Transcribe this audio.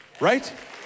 Right